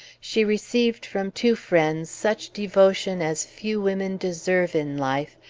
she received from two friends such devotion as few women deserve in life,